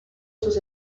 sus